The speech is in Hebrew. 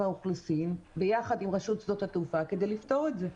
והאוכלוסין ועם רשות שדות התעופה כדי לפתור את זה.